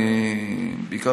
בעיקר,